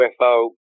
UFO